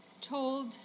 told